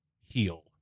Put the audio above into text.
heal